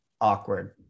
awkward